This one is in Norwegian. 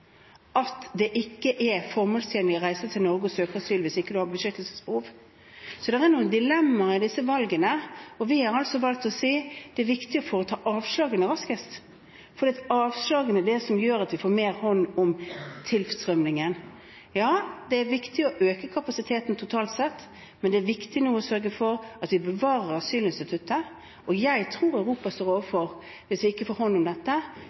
at det ikke er formålstjenlig å reise til Norge og søke asyl hvis man ikke har beskyttelsesbehov. Det er noen dilemmaer i disse valgene, og vi har valgt å si at det er viktig å foreta avslagene raskest, for avslagene er det som gjør at vi får mer hånd om tilstrømningen. Ja, det er viktig å øke kapasiteten totalt sett, men det er viktig nå å sørge for at vi bevarer asylinstituttet. Jeg tror Europa står overfor – hvis vi ikke får hånd om dette